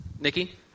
Nikki